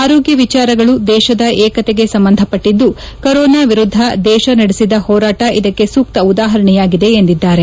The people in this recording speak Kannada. ಆರೋಗ್ಯ ವಿಚಾರಗಳು ದೇಶದ ಏಕತೆಗೆ ಸಂಬಂಧಪಟ್ಟಿದ್ದು ಕೊರೋನಾ ವಿರುದ್ದ ದೇಶ ನಡೆಸಿದ ಹೋರಾಟ ಇದಕ್ಕೆ ಸೂಕ್ತ ಉದಾಹರಣೆಯಾಗಿದೆ ಎಂದಿದ್ದಾರೆ